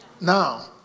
Now